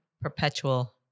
perpetual